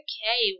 Okay